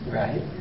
right